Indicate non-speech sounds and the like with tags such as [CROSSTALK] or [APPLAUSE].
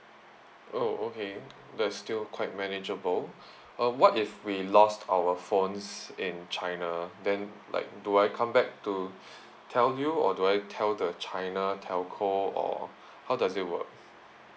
oh okay that's still quite manageable uh what if we lost our phones in china then like do I come back to [BREATH] tell you or do I tell the china telco or how does it work